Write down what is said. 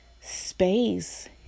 space